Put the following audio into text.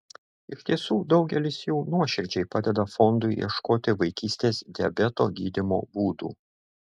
iš tiesų daugelis jų nuoširdžiai padeda fondui ieškoti vaikystės diabeto gydymo būdų